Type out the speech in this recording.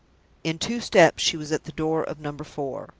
in two steps she was at the door of number four.